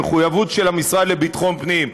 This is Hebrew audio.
המחויבות של המשרד לביטחון פנים,